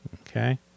Okay